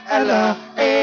Ella